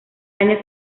año